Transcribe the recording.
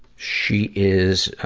she is,